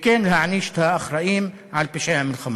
וכן להעניש את האחראים לפשעי המלחמה.